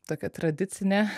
tokia tradicinė